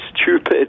stupid